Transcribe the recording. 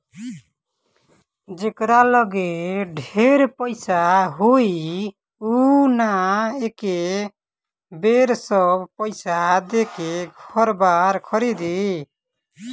जेकरा लगे ढेर पईसा होई उ न एके बेर सब पईसा देके घर बार खरीदी